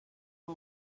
her